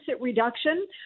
reduction